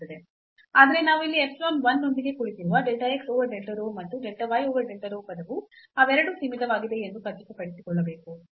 ಆದರೆ ನಾವು ಇಲ್ಲಿ epsilon 1 ನೊಂದಿಗೆ ಕುಳಿತಿರುವ delta x over delta rho ಮತ್ತು delta y over delta rho ಪದವು ಅವೆರಡೂ ಸೀಮಿತವಾಗಿವೆ ಎಂದು ಖಚಿತಪಡಿಸಿಕೊಳ್ಳಬೇಕು